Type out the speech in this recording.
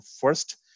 first